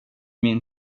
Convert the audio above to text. min